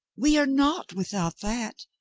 we are naught without that.